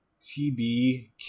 tb